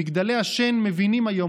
במגדלי השן מבינים היום,